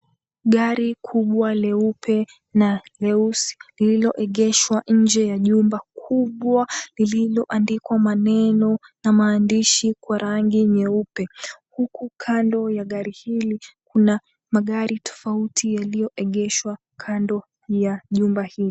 Gari kubwa leupe na leusi lililoegeshwa nje ya jumba kubwa lililoandikwa maneno na maandishi kwa rangi nyeupe huku kando ya gari hili kuna magari tofauti yaliyoegeshwa kando ya jumba hili.